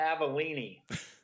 Avellini